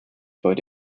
heute